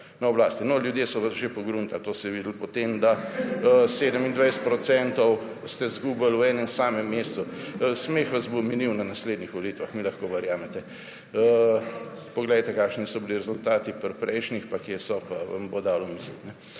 No, ljudje so vas že pogruntali, to se je videlo po tem, da ste 27 % izgubili v enem samem mesecu. Smeh vas bo minil na naslednjih volitvah, mi lahko verjamete. Poglejte, kakšni so bili rezultati pri prejšnjih pa kje so zdaj, pa vam bo dalo misliti.